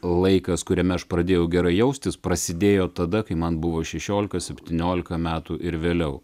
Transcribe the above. laikas kuriame aš pradėjau gerai jaustis prasidėjo tada kai man buvo šešiolika septyniolika metų ir vėliau